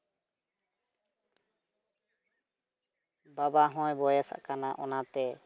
ᱵᱟᱵᱟ ᱦᱚᱸᱭ ᱵᱚᱭᱮᱥ ᱟᱠᱟᱱᱟ ᱚᱱᱟᱛᱮ